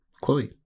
Chloe